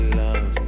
love